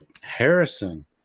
Harrison